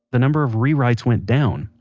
the number of rewrites went down,